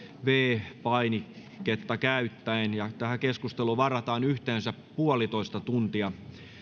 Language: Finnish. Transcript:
viides painiketta käyttäen tähän keskusteluun varataan yhteensä yksi pilkku viisi tuntia